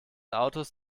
autos